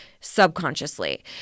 subconsciously